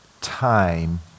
time